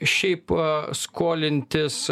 šiaip skolintis